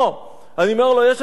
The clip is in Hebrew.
אני אומר לו, יש אצלכם בנייה?